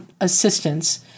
assistance